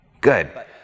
Good